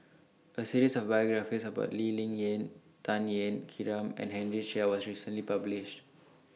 A series of biographies about Lee Ling Yen Tan Ean Kiam and Henry Chia was recently published